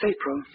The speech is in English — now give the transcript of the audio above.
April